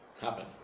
happen